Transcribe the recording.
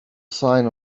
sign